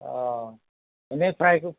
অ' এনে ফ্ৰাই ক